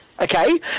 Okay